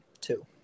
Two